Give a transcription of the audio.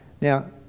Now